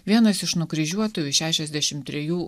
vienas iš nukryžiuotųjų šešiasdešimt trejų